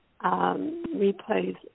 replays